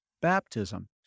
baptism